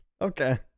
Okay